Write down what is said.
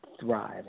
thrive